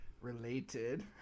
related